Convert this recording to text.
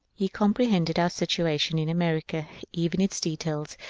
he comprehended our situation in america, even its details,